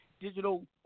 digital –